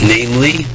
Namely